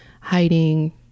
Hiding